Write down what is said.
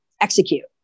execute